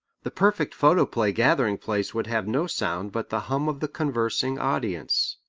the perfect photoplay gathering-place would have no sound but the hum of the conversing audience.